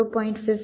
15 આ 0